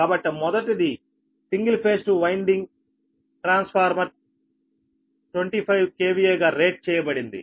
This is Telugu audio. కాబట్టి మొదటిది single phase two winding transformer 25 KVA గా రేట్ చేయబడింది